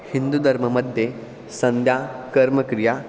हिन्दुधर्ममध्ये सन्ध्या कर्मक्रिया